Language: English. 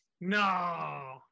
No